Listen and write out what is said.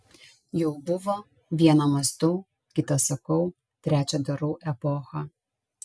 jau buvo viena mąstau kita sakau trečia darau epocha